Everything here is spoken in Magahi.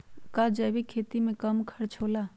का जैविक खेती में कम खर्च होला?